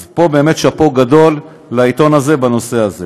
אז פה, באמת, שאפו גדול לעיתון הזה בנושא הזה.